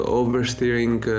oversteering